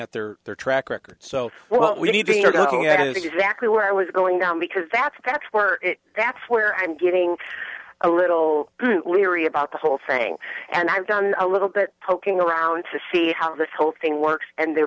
after their track record so well exactly where i was going because that's that's where that's where i'm getting a little leery about the whole thing and i've done a little bit poking around to see how this whole thing works and the